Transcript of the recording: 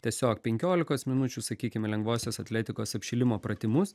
tiesiog penkiolikos minučių sakykime lengvosios atletikos apšilimo pratimus